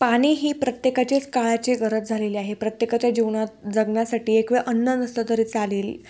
पाणी ही प्रत्येकाचीच काळाची गरज झालेली आहे प्रत्येकाच्या जीवनात जगण्यासाठी एक वेळ अन्न नसलं तरी चालेल